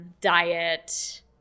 diet